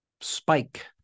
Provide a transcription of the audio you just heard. spike